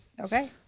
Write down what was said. Okay